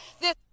this-